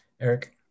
Eric